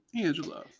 angela